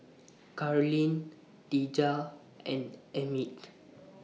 Carleen Dejah and Emmit